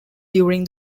during